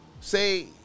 Say